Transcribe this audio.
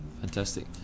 Fantastic